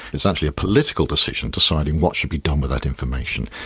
it's actually a political decision deciding what should be done with that information.